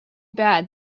bad